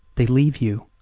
they leave you,